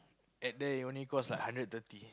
at there it only cost like hundred thirty